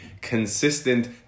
consistent